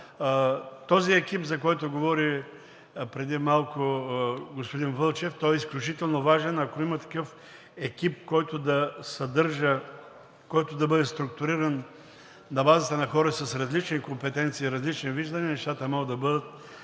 Този екип, за който говори преди малко господин Вълчев, е изключително важен. Ако има такъв екип, който да бъде структуриран на базата на хората с различни компетенции, различни виждания, нещата могат да бъдат